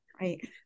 right